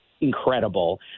incredible